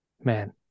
Man